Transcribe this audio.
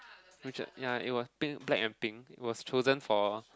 which I ya it was pink black and pink it was chosen for